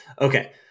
Okay